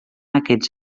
aquests